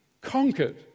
conquered